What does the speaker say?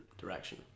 direction